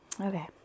Okay